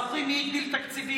זוכרים מי הגדיל תקציבים,